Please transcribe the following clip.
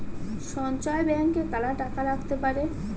সঞ্চয় ব্যাংকে কারা টাকা রাখতে পারে?